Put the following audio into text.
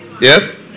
Yes